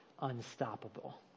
unstoppable